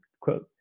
quote